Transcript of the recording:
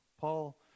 Paul